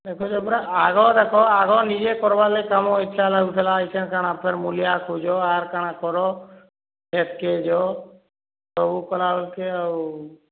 ଦେଖୁଛ ପରା ଆଗ ଦେଖ ଆଗ ନିଜେ କରବା ଲାଗି କାମ ଇଚ୍ଛା ଲାଗୁଥିଲା ଏଥିରେ କାଣା ଫେର୍ ମୁଲିଆ ଖୁଜ ଆର୍ କାଣା କର କ୍ଷେତକେ ଯୋ ସବୁ କଲା ବେଲକେ ଆଉ